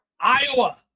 Iowa